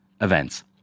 events